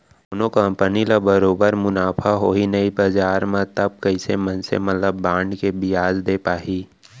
कोनो कंपनी ल बरोबर मुनाफा होही नइ बजार म तब कइसे मनसे मन ल बांड के बियाज दे पाही